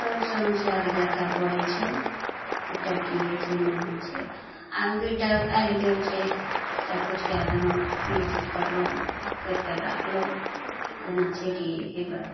सब समस्याके देखै पड़ै छै कतए कि होइ छै नहि छै आब दुइ टा आएल गेल छै सबकिछु कै देलहुँ ई चीज करलहुँ ओ चीज करिके राखलहुँ जेना छै कि हेबै